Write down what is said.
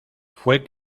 fue